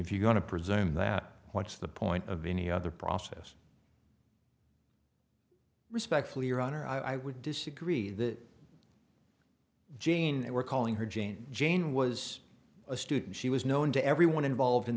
if you're going to presume that what's the point of any other process respectfully your honor i would disagree that jean they were calling her jane jane was a student she was known to everyone involved in